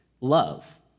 love